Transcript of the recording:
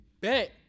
Bet